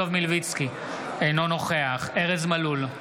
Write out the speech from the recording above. אינו נוכח ארז מלול,